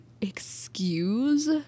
excuse